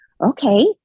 okay